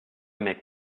make